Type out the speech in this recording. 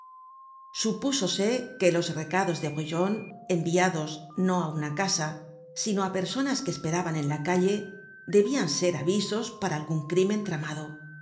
supúsose que los recados de brujon enviados no á una casa sino á personas que esperaban en la calle debian ser avisos para algun crimen